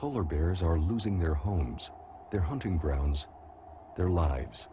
polar bears are losing their homes their hunting grounds their lives